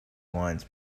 wines